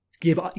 give